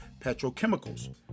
petrochemicals